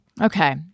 okay